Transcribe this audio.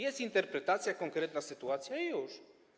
Jest interpretacja, konkretna sytuacja i już.